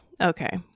Okay